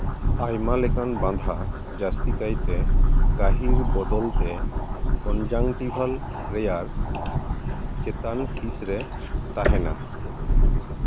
ᱟᱭᱢᱟ ᱞᱮᱠᱟᱱ ᱵᱟᱸᱫᱷᱟ ᱡᱟᱹᱥᱛᱤ ᱠᱟᱭᱛᱮ ᱜᱟᱹᱦᱤᱨ ᱵᱚᱫᱚᱞ ᱛᱮ ᱠᱚᱱᱡᱟᱝᱴᱤᱵᱷᱟᱞ ᱨᱮᱭᱟᱜ ᱪᱮᱛᱟᱱ ᱦᱤᱸᱥ ᱨᱮ ᱛᱟᱦᱮᱱᱟ